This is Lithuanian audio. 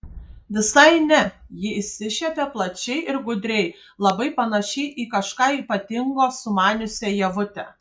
visai ne ji išsišiepė plačiai ir gudriai labai panašiai į kažką ypatingo sumaniusią ievutę